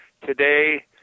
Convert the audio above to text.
today